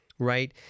Right